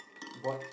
board